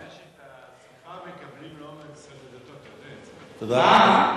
את השכר מקבלים משירותי רווחה,